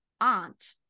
aunt